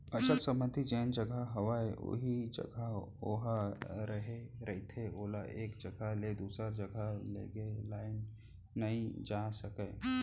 अचल संपत्ति जेन जघा हवय उही जघा ओहा रेहे रहिथे ओला एक जघा ले दूसर जघा लेगे लाने नइ जा सकय